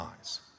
eyes